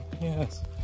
Yes